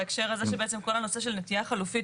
בהקשר הזה שבעצם כל הנושא של נטיעה חלופית